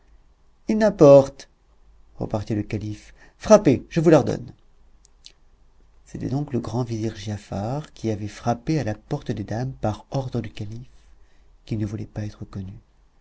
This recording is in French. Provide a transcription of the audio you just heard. il n'importe repartit le calife frappez je vous l'ordonne c'était donc le grand vizir giafar qui avait frappé à la porte des dames par ordre du calife qui ne voulait pas être connu